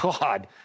God